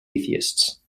atheists